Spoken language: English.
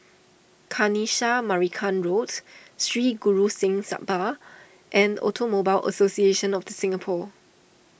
Kanisha Marican Road Sri Guru Singh Sabha and Automobile Association of the Singapore